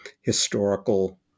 historical